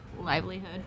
livelihood